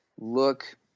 look